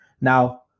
Now